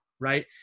right